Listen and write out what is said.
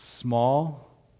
Small